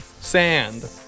Sand